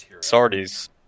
Sardis